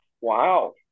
Wow